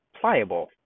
pliable